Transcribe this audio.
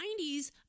90s